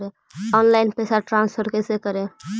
Online पैसा transfer कैसे करे?